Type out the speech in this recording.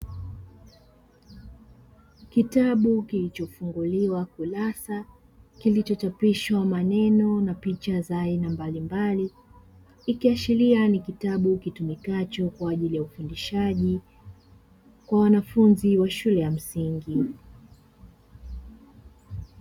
Kitabu kilichofunguliwa kurasa kilichochapishwa maneno na picha za aina mbalimbali, ikiashiria ni kitabu kitumikacho kwa ajili ya ufundishaji wa wanafunzi wa shule ya msingi.